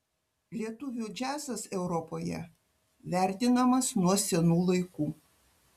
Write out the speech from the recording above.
lietuvių džiazas europoje vertinamas nuo senų laikų